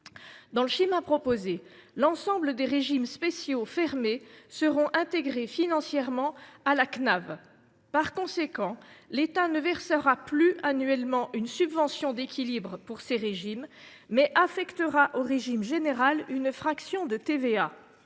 Dans le schéma proposé, l’ensemble des régimes spéciaux fermés seront intégrés financièrement à la Cnav. Par conséquent, l’État ne versera plus de subvention d’équilibre annuelle pour ces régimes, mais affectera au régime général une fraction de TVA